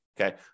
Okay